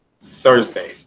Thursday